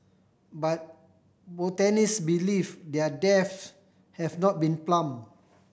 but botanist believe their depths have not been plumbed